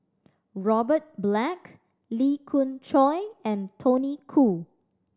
Robert Black Lee Khoon Choy and Tony Khoo